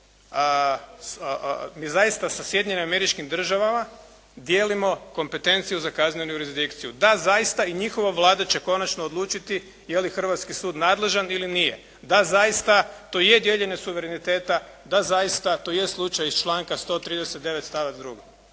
mi zaista sa Sjedinjenim Američkim Državama dijelimo kompetenciju za kaznenu jurisdikciju. Da, zaista. I njihova Vlada će konačno odlučiti je li hrvatski sud naldežan ili nije? Da, zaista. To je dijeljenje suvereniteta. Da zaista, to je slučaj iz članka 139. stavak 2.